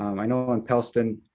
um i know in pellston,